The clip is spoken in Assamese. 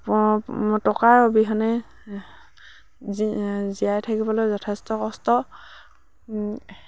টকাৰ অবিহনে জীয়াই থাকিবলৈ যথেষ্ট কষ্ট